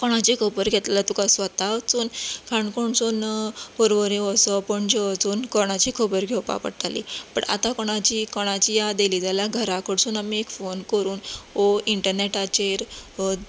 कोणाची खबर घेतलें जाल्यार तुका स्वता वचून काणकोणसून पर्वरी वचून पणजे वचून कोणाची खबर घेवपाक पडटाली पण आतां आतां कोणाची कोणाची याद येयली जाल्यार घरां कडसून आमी एक फोन करून वो इंटरनेटाचेर